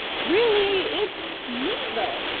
really, it's neither.